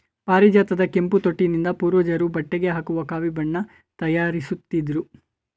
ಪಾರಿಜಾತದ ಕೆಂಪು ತೊಟ್ಟಿನಿಂದ ಪೂರ್ವಜರು ಬಟ್ಟೆಗೆ ಹಾಕುವ ಕಾವಿ ಬಣ್ಣ ತಯಾರಿಸುತ್ತಿದ್ರು